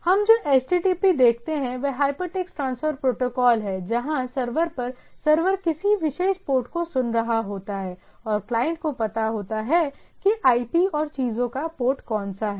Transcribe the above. हम जो HTTP देखते हैं वह हाइपरटेक्स्ट ट्रांसफर प्रोटोकॉल है जहां सर्वर पर सर्वर किसी विशेष पोर्ट को सुन रहा होता है और क्लाइंट को पता होता है कि IP और चीजों का पोर्ट कौन सा है